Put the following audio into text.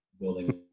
building